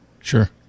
Sure